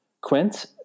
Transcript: Quint